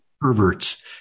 perverts